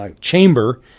chamber